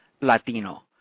Latino